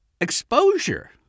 exposure